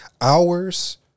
hours